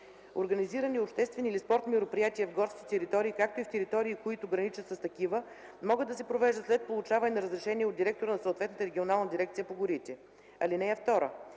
Организирани обществени или спортни мероприятия в горските територии, както и в територии, които граничат с такива, могат да се провеждат след получаване на разрешение от директора на съответната регионална дирекция по горите. (2)